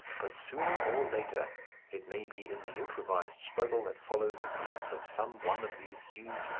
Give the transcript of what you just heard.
but sooner or later it may be in the improvised struggle that follows the collapse of some one of these huge,